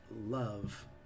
love